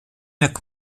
jak